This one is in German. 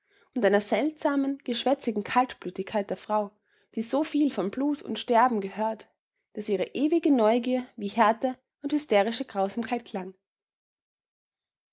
und einer seltsamen geschwätzigen kaltblütigkeit der frau die so viel von blut und sterben gehört daß ihre ewige neugier wie härte und hysterische grausamkeit klang